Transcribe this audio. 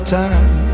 time